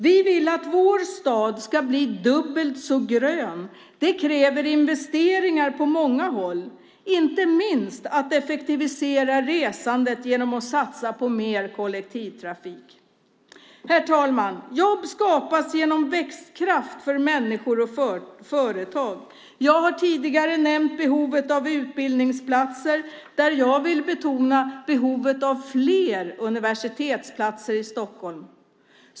Vi vill att vår stad ska bli dubbelt så grön. Det kräver investeringar på många håll, inte minst att man effektiviserar resandet genom att satsa på mer kollektivtrafik. Herr talman! Jobb skapas genom växtkraft för människor och företag. Jag har tidigare nämnt behovet av utbildningsplatser. Jag vill betona behovet av fler universitetsplatser i Stockholm.